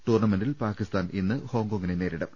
ടൂർണ്ണമെന്റിൽ പാക്കിസ്ഥാൻ ഇന്ന് ഹോങ്കോങ്ങിനെ നേരിടും